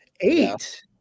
Eight